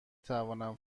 توانم